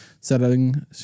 setting